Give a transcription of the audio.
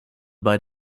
bei